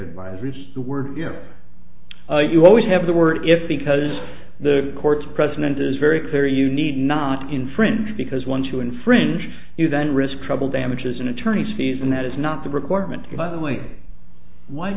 dvisories the word you always have the word if because the courts president is very clear you need not infringe because one to infringe you then risk trouble damages and attorneys fees and that is not the requirement by the way why